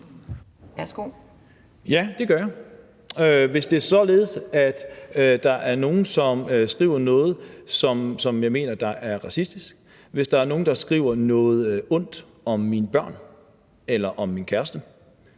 Ja, det gør jeg. Hvis det er således, at der er nogen, som skriver noget, som jeg mener er racistisk, hvis der er nogen, der skriver noget ondt om mine børn eller om min kæreste,